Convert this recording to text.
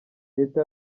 leta